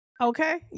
Okay